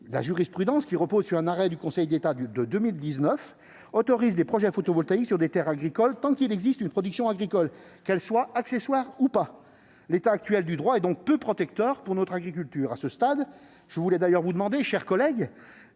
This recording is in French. La jurisprudence, qui repose sur un arrêt du Conseil d'État de 2019, autorise ainsi les projets photovoltaïques sur des terres agricoles tant qu'il existe une production agricole, qu'elle soit principale ou accessoire. L'état actuel du droit est donc peu protecteur pour notre agriculture. À ce stade, mes chers collègues,